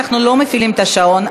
אנחנו לא מפעילים את השעון,